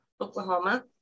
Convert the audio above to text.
Oklahoma